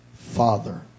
father